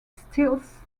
stills